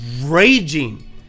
raging